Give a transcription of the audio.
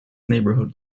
neighborhood